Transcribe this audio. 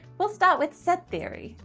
we'll start with set theory.